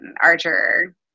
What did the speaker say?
Archer